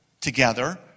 together